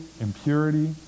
impurity